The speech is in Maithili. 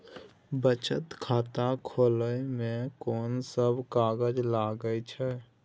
बचत खाता खुले मे कोन सब कागज लागे छै?